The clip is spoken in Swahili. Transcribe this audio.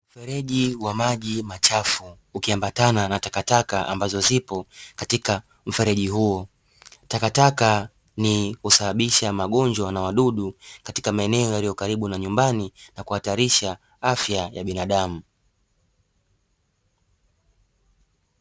Mfereji wa maji machafu, ukiambatana na takataka ambazo zipo katika mfereji huo takataka ni husababisha magonjwa na wadudu katika maeneo yaliyo karibu na nyumbani na kuhatarisha afya ya binadamu.